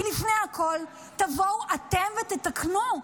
כי לפני הכול תבואו אתם ותתקנו,